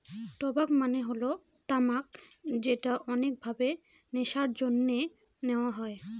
টবাক মানে হল তামাক যেটা অনেক ভাবে নেশার জন্যে নেওয়া হয়